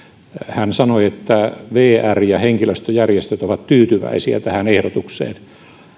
hän sanoi että vr ja henkilöstöjärjestöt ovat tyytyväisiä tähän ehdotukseen